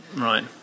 right